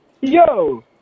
Yo